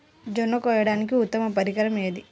జొన్న కోయడానికి ఉత్తమ పరికరం ఏది?